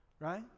right